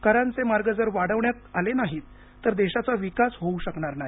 करांचे मार्ग जर वाढविण्यात आले नाहीत तर देशाचा विकास होऊ शकणार् नाही